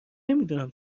نمیدونم